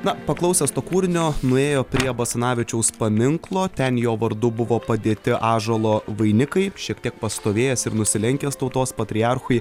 na paklausęs to kūrinio nuėjo prie basanavičiaus paminklo ten jo vardu buvo padėti ąžuolo vainikai šiek tiek pastovėjęs ir nusilenkęs tautos patriarchui